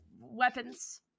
weapons